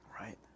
right